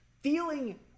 Feeling